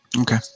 Okay